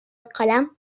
القلم